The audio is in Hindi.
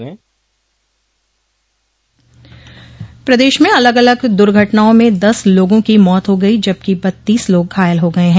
प्रदेश में अलग अलग दुर्घटनाओं में दस लोगों की मौत हो गई जबकि बत्तीस लोग घायल हो गये हैं